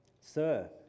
Sir